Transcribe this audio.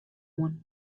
oan